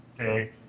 Okay